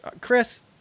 Chris